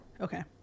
Okay